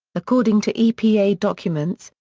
according to epa documents,